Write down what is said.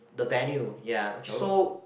the venue ya okay so